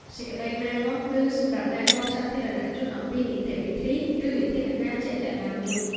សេចក្តីណែនាំគឺ សម្រាប់ណែនាំសាធារណជនអំពីនីតិវិធី ឬវិធានការជាក់លាក់ណាមួយ។